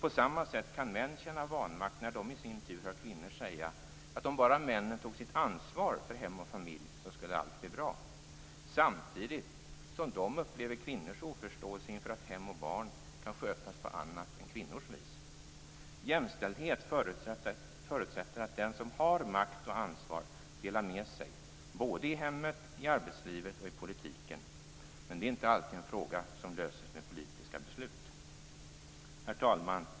På samma sätt kan män känna vanmakt när de i sin tur hör kvinnor säga att allt skulle bli bra om bara männen tog sitt ansvar för hem och familj. Samtidigt upplever de kvinnors oförståelse inför att hem och barn kan skötas på annat än kvinnors vis. Jämställdhet förutsätter att den som har makt och ansvar delar med sig både i hemmet, i arbetslivet och i politiken. Men det är inte alltid en fråga som löses med politiska beslut. Herr talman!